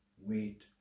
Wait